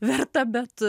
verta bet